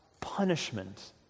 punishment